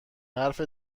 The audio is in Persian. حرف